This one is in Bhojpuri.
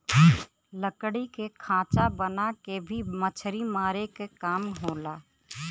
लकड़ी के खांचा बना के भी मछरी मारे क काम होला